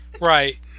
Right